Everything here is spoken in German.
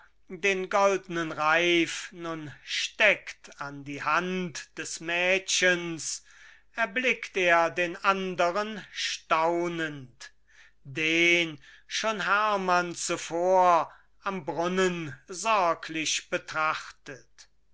den goldenen reif nun steckt an die hand des mädchens erblickt er den anderen staunend den schon hermann zuvor am brunnen sorglich betrachtet